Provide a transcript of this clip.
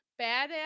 badass